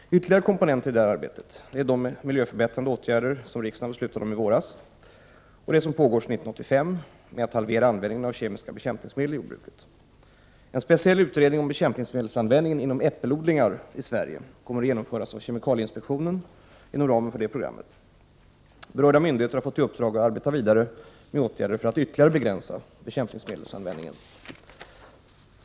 Ytterligare komponenter i detta arbete är de miljöförbättrande åtgärder i jordbruket som riksdagen beslutade om i våras, och det arbete som sedan år 1985 pågår med att halvera användningen av kemiska bekämpningsmedel i jordbruket. En speciell utredning om bekämpningsmedelsanvändningen inom äppelodlingar i Sverige kommer att genomföras av kemikalieinspektionen inom ramen för detta program. Berörda myndigheter har fått i uppdrag att arbeta vidare med åtgärder för att ytterligare begränsa bekämpningsmedelsanvändningen.